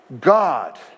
God